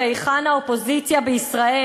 והיכן האופוזיציה בישראל?